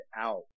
out